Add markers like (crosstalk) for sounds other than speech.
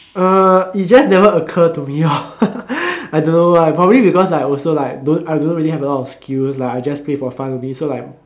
uh it just never occurred to me lor (laughs) I don't know why probably because like also like I don't really have a lot of skills like I just play for fun only so like